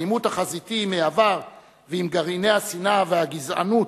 העימות החזיתי עם העבר ועם גרעיני השנאה והגזענות,